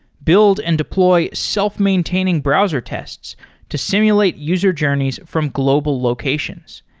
build and deploy self-maintaining browser tests to simulate user journeys from global locations.